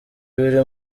biri